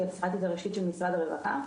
אני הפסיכיאטרית הראשית של משרד הרווחה.